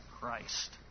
Christ